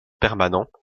permanents